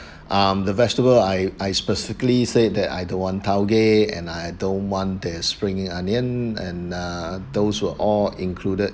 um the vegetable I I specifically said that I don't want taugeh and I don't want their springing onion and uh those were all included